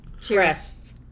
Cheers